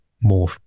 more